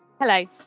Hello